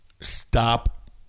stop